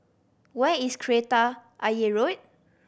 where is Kreta Ayer Road